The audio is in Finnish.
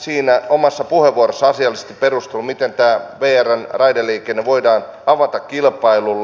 hän omassa puheenvuorossaan asiallisesti perusteli miten tämä vrn raideliikenne voidaan avata kilpailulle